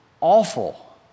awful